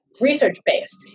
research-based